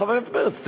חבר הכנסת פרץ,